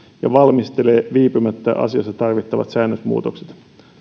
ja valmistelee viipymättä asiassa tarvittavat säännösmuutokset